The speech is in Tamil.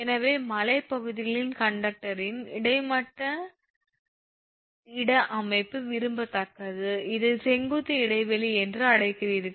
எனவே மலைப்பகுதிகளில் கண்டக்டரின் கிடைமட்ட இட அமைப்பு விரும்பத்தக்கது இதை செங்குத்து இடைவெளி என்று அழைக்கிறீர்கள்